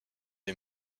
des